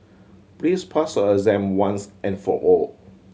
please pass a exam once and for all